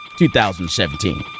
2017